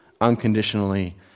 unconditionally